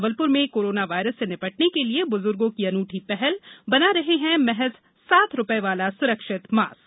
जबलपुर में corona virus से निपटने के लिये बुजुर्गों की अनूठी पहल बना रहे हैं महज सात रूपये वाला सुरक्षित मास्क